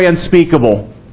unspeakable